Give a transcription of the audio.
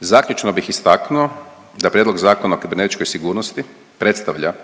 Zaključno bih istaknuo da Prijedlog Zakona o kibernetičkoj sigurnosti predstavlja,